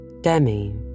Demi